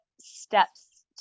steps